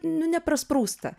nu neprasprūsta